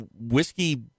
whiskey